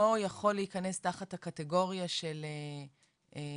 יכול להיכנס תחת הקטגוריה של ספורט,